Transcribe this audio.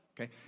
Okay